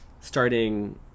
starting